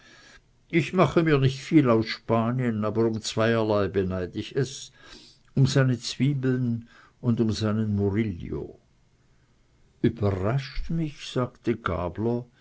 ich mache mir nicht viel aus spanien aber um zweierlei beneid ich es um seine zwiebeln und um seinen murillo überrascht mich sagte gabler